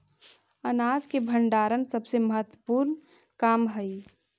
अनाज के भण्डारण सबसे महत्त्वपूर्ण काम हइ